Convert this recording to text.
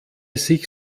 sich